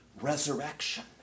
resurrection